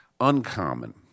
uncommon